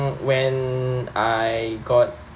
mm when I got